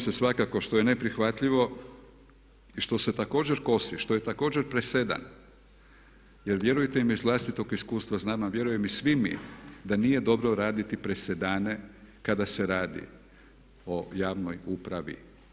svakako neprihvatljivo i što se također kosi, što je također presedan jer vjerujte mi iz vlastitog iskustva znam, a vjerujem i svi mi da nije dobro raditi presedane kada se radi o javnoj upravi.